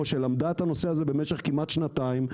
שלמדה את הנושא הזה במשך כמעט שנתיים,